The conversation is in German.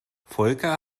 volker